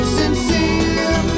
sincere